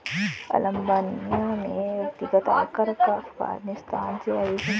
Albania में व्यक्तिगत आयकर अफ़ग़ानिस्तान से अधिक है